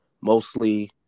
mostly